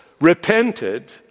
repented